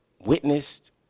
witnessed